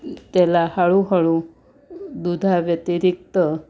त्याला हळूहळू दुधा व्यतिरिक्त